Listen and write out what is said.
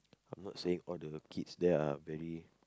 I'm not saying all the kids there are very